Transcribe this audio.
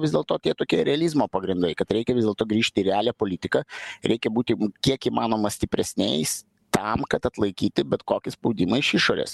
vis dėlto tie tokie realizmo pagrindai kad reikia vis dėlto grįžt į realią politiką reikia būti kiek įmanoma stipresniais tam kad atlaikyti bet kokį spaudimą iš išorės